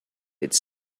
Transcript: its